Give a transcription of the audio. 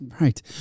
Right